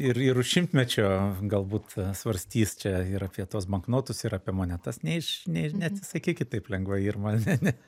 ir ir už šimtmečio galbūt svarstys čia ir apie tuos banknotus ir apie monetas neiš ne neatsisakykit taip lengvai ir man ne ne